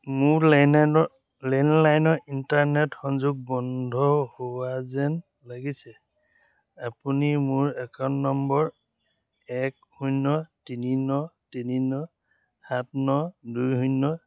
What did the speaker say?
মোৰ লেণ্ডলাইন লেণ্ডলাইনৰ ইণ্টাৰনেট সংযোগ বন্ধ হোৱা যেন লাগিছে আপুনি মোৰ একাউণ্ট নম্বৰ এক শূন্য তিনি ন তিনি ন সাত ন দুই শূন্য